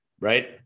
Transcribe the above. right